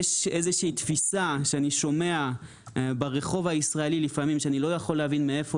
יש תפיסה שאני שומע לפעמים ברחוב הישראלי שאני לא יכול להבין מאיפה